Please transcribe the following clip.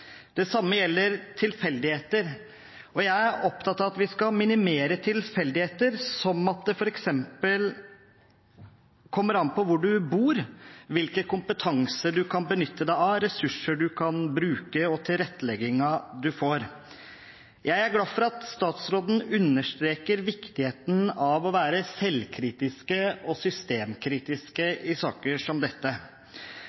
Det samme gjelder tilfeldigheter, og jeg er opptatt av at vi skal minimere tilfeldigheter som at det f.eks. kommer an på hvor du bor, hvilke kompetanser du kan benytte deg av, ressurser du kan bruke, og tilretteleggingen du får. Jeg er glad for at statsråden understreker viktigheten av å være selvkritisk og